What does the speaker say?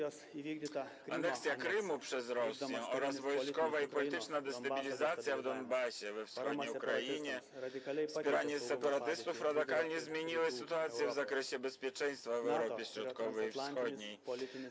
Aneksja Krymu przez Rosję oraz wojskowa i polityczna destabilizacja w Donbasie we wschodniej Ukrainie i wspieranie separatystów radykalnie zmieniły sytuację w zakresie bezpieczeństwa w Europie Środkowej i Wschodniej.